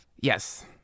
Yes